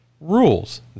rules